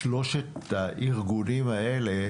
בשלושת הארגונים האלה,